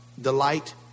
delight